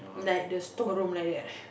like the store room like that